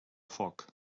foc